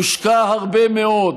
הושקע הרבה מאוד